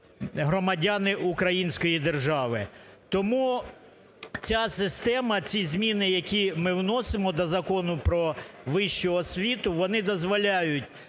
громадяни Української держави. Тому ця система, ці зміни, які ми вносимо до Закону "Про вищу освіту", вони дозволяють,